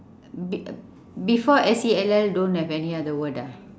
uh be~ uh before S E L L don't have any other word ah